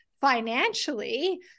financially